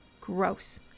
Gross